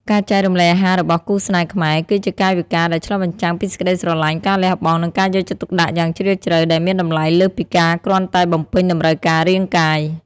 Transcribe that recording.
ការចែករំលែកអាហាររបស់គូស្នេហ៍ខ្មែរ គឺជាកាយវិការដែលឆ្លុះបញ្ចាំងពីសេចក្ដីស្រឡាញ់ ការលះបង់ និងការយកចិត្តទុកដាក់យ៉ាងជ្រាលជ្រៅ ដែលមានតម្លៃលើសពីការគ្រាន់តែបំពេញតម្រូវការរាងកាយ។